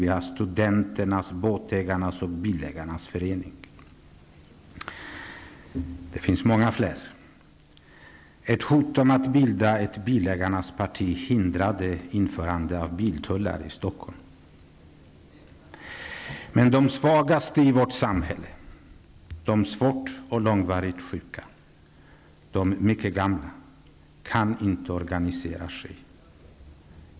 Vi har studenternas, båtägarnas och bilägarnas föreningar -- det finns många fler. Ett hot om att bilda ett bilägarnas parti hindrade införande av biltullar i Stockholm. Men de svagaste i vårt samhälle, de svårt och långvarigt sjuka, de mycket gamla, kan inte organisera sig.